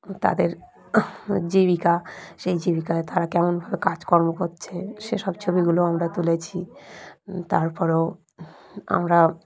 তাদের জীবিকা সেই জীবিকায় তারা কেমনভাবে কাজকর্ম করছে সেসব ছবিগুলো আমরা তুলেছি তারপরও আমরা